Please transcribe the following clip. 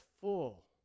full